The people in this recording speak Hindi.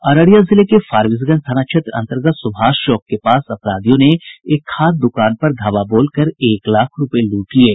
अररिया जिले के फारबिसगंज थाना क्षेत्र अंतर्गत सुभाष चौक के पास अपराधियों ने एक खाद दुकान पर धावा बोलकर एक लाख रूपये लूट लिये